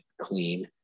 clean